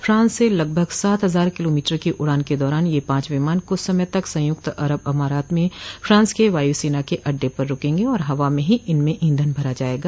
France से लगभग सात हजार किलोमीटर की उड़ान के दारान ये पांच विमान कुछ समय तक संयुक्त अरब अमारात में फ्रांस के वायूसेना के अड्डे पर रुकेंगे और हवा में ही इनमें ईंधन भरा जाएगा